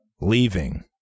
leaving